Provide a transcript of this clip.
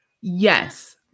Yes